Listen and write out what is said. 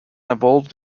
evolved